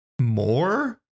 more